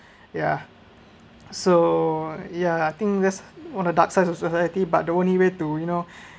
ya so ya I think this one of the dark side of society but the only way to you know